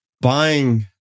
buying